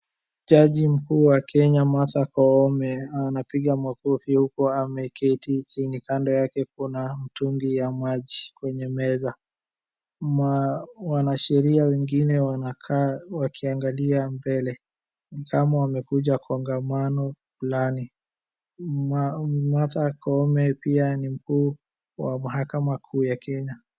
Jaji mkuu wa Kenya Martha Koome anapiga makofi huku ameketi chini. Kando yake kuna mtungi ya maji kwenye meza. Wanasheria wengine wanakaa wakiangalia mbele. Ni kama wamekuja kongomano fulani. Martha Koome pia ni mkuu wa mahakama kuu ya Kenya.